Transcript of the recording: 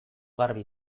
garbi